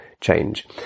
change